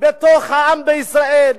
בתוך העם בישראל,